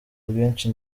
bwinshi